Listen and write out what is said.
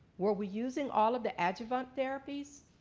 were we using all of the adjuvant therapies,